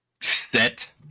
set